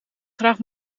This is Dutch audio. graag